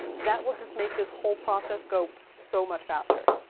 that will just make this whole process go so much faster.